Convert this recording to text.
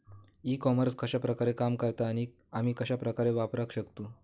E commerce कश्या प्रकारे काम करता आणि आमी कश्या प्रकारे वापराक शकतू?